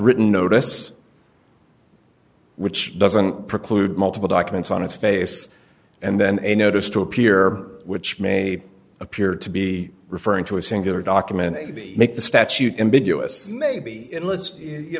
written notice which doesn't preclude multiple documents on its face and then a notice to appear which may appear to be referring to a singular document make the statute ambiguous maybe it lets you